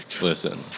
listen